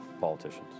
politicians